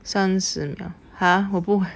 三十秒 ha 我不